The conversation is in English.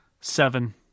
Seven